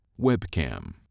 Webcam